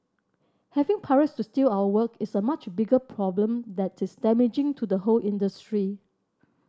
having pirates steal our work is a much bigger problem that is damaging to the whole industry